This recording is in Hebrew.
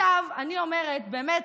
עכשיו אני אומרת, באמת,